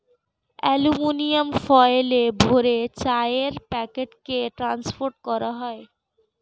aluminium ফয়েলে ভরে চায়ের প্যাকেটকে ট্রান্সপোর্ট করা হয়